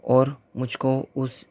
اور مجھ کو اس